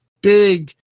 big